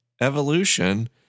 Evolution